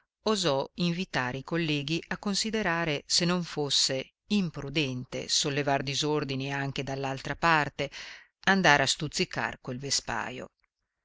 osò invitare i colleghi a considerare se non fosse imprudente sollevar disordini anche dall'altra parte andare a stuzzicar quel vespajo